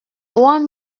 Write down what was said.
one